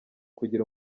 kugira